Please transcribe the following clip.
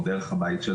זה חייב להתבצע